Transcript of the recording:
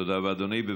תודה רבה, אדוני.